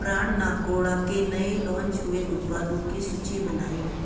brand Nakoda के नए launch हुए उत्पादों की सूची बनाएँ